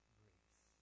grace